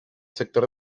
sector